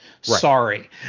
Sorry